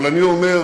אבל אני אומר,